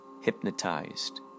hypnotized